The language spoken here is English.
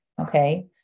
Okay